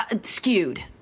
skewed